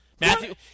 Matthew